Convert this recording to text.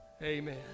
Amen